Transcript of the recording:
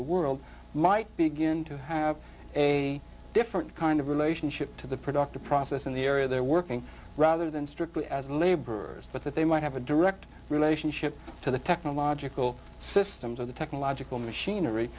the world might begin to have a different kind of relationship to the productive process in the area they're working rather than strictly as a laborers but that they might have a direct relationship to the technological systems of the technological machinery